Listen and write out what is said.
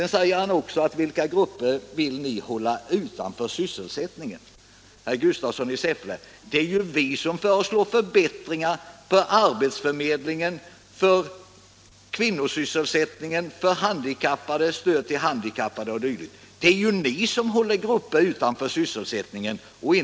Nu säger herr Gustafsson i Säffle: Vilka grupper vill ni hålla utanför sysselsättningen? Herr Gustafsson i Säffle! Det är ju vi som föreslår förbättringar för arbetsförmedlingen, för kvinnosysselsättningen, till stöd för handikappade 0. d. Det är ni som håller grupper utanför sysselsättningen, inte vi.